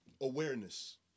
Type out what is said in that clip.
awareness